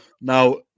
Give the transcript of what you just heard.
Now